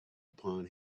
upon